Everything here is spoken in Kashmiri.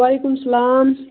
وعلیکُم سَلام